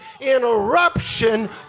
interruption